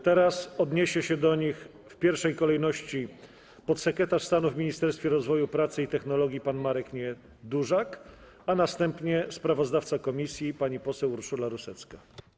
Teraz odniesie się do nich w pierwszej kolejności podsekretarz stanu w Ministerstwie Rozwoju, Pracy i Technologii pan Marek Niedużak, a następnie sprawozdawca komisji pani poseł Urszula Rusecka.